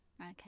Okay